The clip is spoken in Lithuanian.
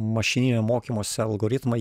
mašininio mokymosi algoritmai